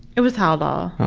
it was haldol. ok.